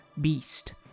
beast